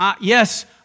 yes